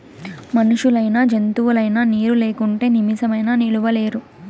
మనుషులైనా జంతువులైనా నీరు లేకుంటే నిమిసమైనా నిలువలేరు